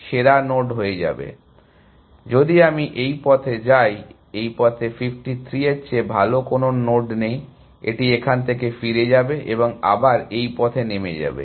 সুতরাং যদি আমি এই পথে যাই এই পথে 53 এর চেয়ে ভাল কোন নোড নেই এটি এখান থেকে ফিরে যাবে এবং আবার এই পথে নেমে যাবে